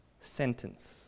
sentence